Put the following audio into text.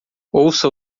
ouça